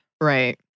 Right